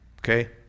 Okay